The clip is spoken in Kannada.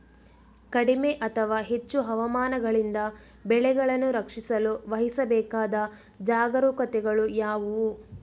ಕಡಿಮೆ ಅಥವಾ ಹೆಚ್ಚು ಹವಾಮಾನಗಳಿಂದ ಬೆಳೆಗಳನ್ನು ರಕ್ಷಿಸಲು ವಹಿಸಬೇಕಾದ ಜಾಗರೂಕತೆಗಳು ಯಾವುವು?